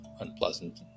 unpleasant